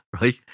right